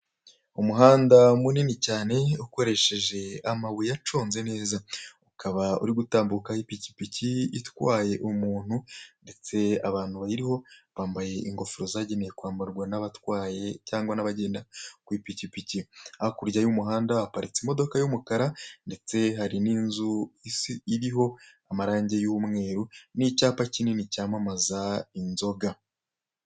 Umuhanda munini cyane ukoresheje amabuye aconze neza, ukaba uri gutambukaho ipikipiki itwaye umuntu ndetse abantu bayiriho bambaye ingofero zagenewe kwambarwa n'abatwaye cyangwa n'abagenda ku ipikipiki, hakurya y'umuhanda haparitse imodoka y'umukara ndetse hari n'inzu iriho amarangi y'umweru n'icyapa kinini cyamamaza inzoga.